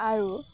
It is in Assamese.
আৰু